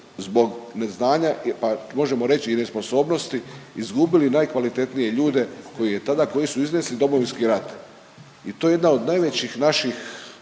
zbog neznanja, a možemo reći i nesposobnosti izgubili najkvalitetnije ljude koji je tada, koji su iznesli Domovinski rat i to je jedna od najvećih naših